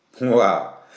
Wow